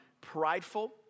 prideful